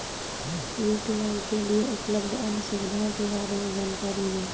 UPI के लिए उपलब्ध अन्य सुविधाओं के बारे में जानकारी दें?